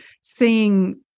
seeing